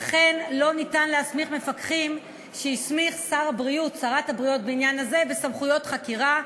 וכן לא ניתן להסמיך מפקחים שהסמיכה שרת הבריאות בסמכויות חקירה.